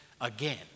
again